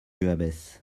abbesse